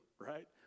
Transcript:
right